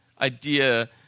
idea